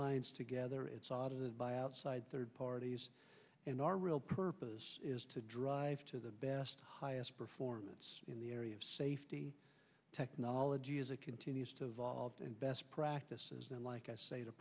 minds together it's audited by outside third parties and our real purpose is to drive to the best highest performance in the area of safety technology as it continues to evolve and best practices now like i say to